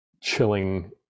chilling